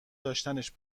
داشتنش